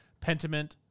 Pentiment